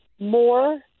More